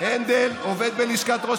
גם ליברמן היה מנכ"ל משרד ראש